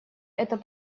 это